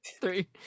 three